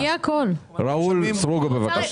ראול סרוגו, בבקשה.